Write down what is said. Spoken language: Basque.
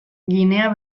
ginea